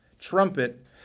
trumpet